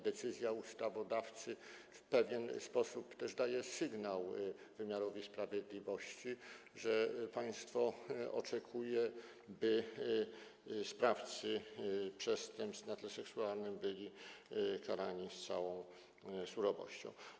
Decyzja ustawodawcy w pewien sposób daje też sygnał wymiarowi sprawiedliwości, że państwo oczekuje, by sprawcy przestępstw na tle seksualnym byli karani z całą surowością.